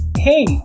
Hey